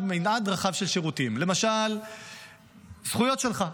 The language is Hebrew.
מגוון, מנעד רחב של שירותים, למשל הזכויות שלך,